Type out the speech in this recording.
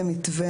ומתווה